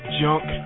junk